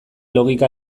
logika